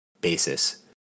basis